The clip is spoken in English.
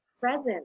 present